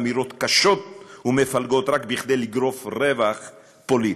אמירות קשות ומפלגות רק כדי לגרוף רווח פוליטי.